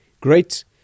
Great